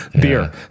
Beer